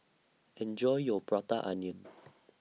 Enjoy your Prata Onion